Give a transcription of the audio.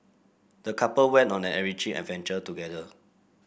the couple went on an enriching adventure together